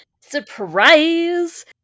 Surprise